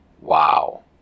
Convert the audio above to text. wow